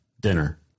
dinner